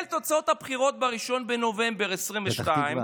על תוצאות הבחירות ב-1 בנובמבר 2022,